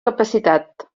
capacitat